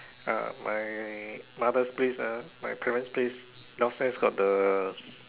uh my mother's place ah my parent's place downstairs got the